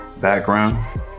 background